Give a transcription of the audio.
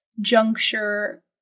juncture